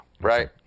Right